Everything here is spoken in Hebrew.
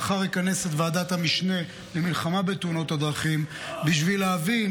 מחר אכנס את ועדת המשנה למלחמה בתאונות הדרכים בשביל להבין